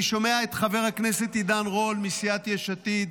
אני שומע את חבר הכנסת עידן רול מסיעת יש עתיד,